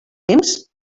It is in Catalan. temps